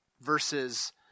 versus